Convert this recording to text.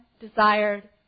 desired